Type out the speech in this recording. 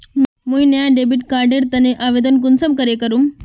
मुई नया debit card एर तने आवेदन कुंसम करे करूम?